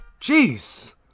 Jeez